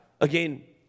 Again